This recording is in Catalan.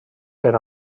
per